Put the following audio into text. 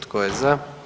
Tko je za?